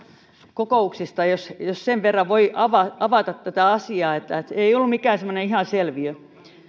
kokouksista sen verran voi avata avata tätä asiaa että ei ollut mikään semmoinen ihan selviö